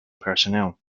personnel